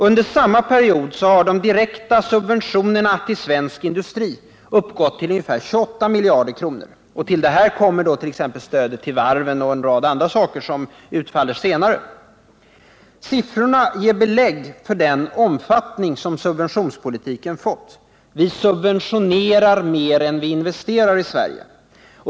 Under samma period har de direkta subventionerna till svensk industri uppgått till 28 miljarder kronor. Till detta kommer exempelvis stödet till varven och en rad andra subventioner som utfaller senare. Siffrorna illustrerar den omfattning som subventionspolitiken fått — i Sverige subventionerar vi mer än vi investerar.